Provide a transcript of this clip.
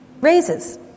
Raises